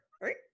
right